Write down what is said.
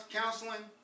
counseling